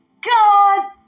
God